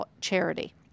charity